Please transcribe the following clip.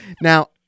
Now